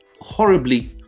horribly